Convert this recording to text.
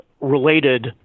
related